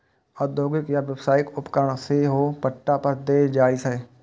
औद्योगिक या व्यावसायिक उपकरण सेहो पट्टा पर देल जाइ छै